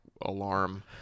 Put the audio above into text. alarm